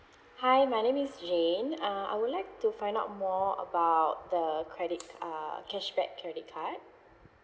hi my name is jane uh I would like to find out more about the credit uh cashback credit card